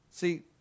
See